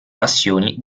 passioni